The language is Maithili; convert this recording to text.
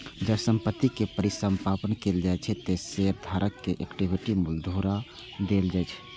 जब संपत्ति के परिसमापन कैल जाइ छै, ते शेयरधारक कें इक्विटी मूल्य घुरा देल जाइ छै